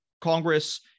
Congress